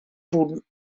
punt